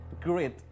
great